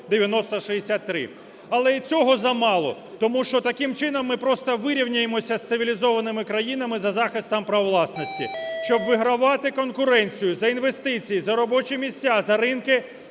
9063. Але і цього замало. Тому що таким чином ми просто вирівняємося з цивілізованими країнами за захистом прав власності. Щоб вигравати конкуренцію за інвестиції, за робочі місця, за ринки,